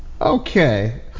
Okay